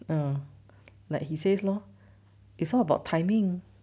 uh like he says lor it's all about timing